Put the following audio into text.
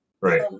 Right